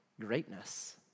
greatness